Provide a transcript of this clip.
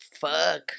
Fuck